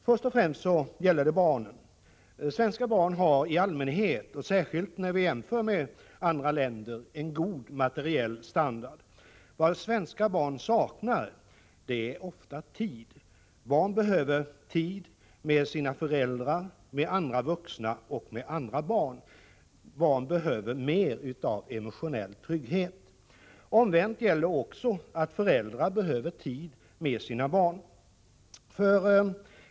Först och främst gäller det barnen. Svenska barn har i allmänhet och särskilt när man jämför med förhållandena för barn i andra länder en god materiell standard. Vad svenska barn saknar är ofta tid. Barn behöver tid med sina föräldrar, med andra vuxna och med andra barn. Barn behöver mer av emotionell trygghet. Omvänt gäller också att föräldrar behöver tid med sina barn.